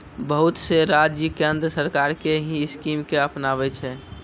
बहुत से राज्य केन्द्र सरकार के ही स्कीम के अपनाबै छै